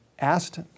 asked